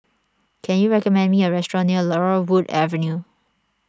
can you recommend me a restaurant near Laurel Wood Avenue